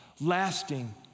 lasting